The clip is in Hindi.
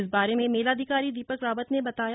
इस बारे में मेलाधिकारी दीपक रावत ने बताया